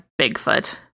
Bigfoot